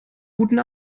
guten